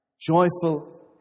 joyful